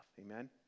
Amen